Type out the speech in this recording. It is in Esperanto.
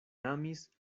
amis